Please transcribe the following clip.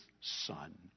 Son